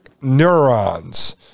neurons